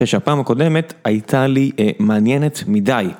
ושהפעם הקודמת, הייתה לי מעניינת מדי.